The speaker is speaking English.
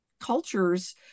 cultures